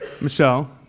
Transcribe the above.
Michelle